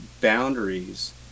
boundaries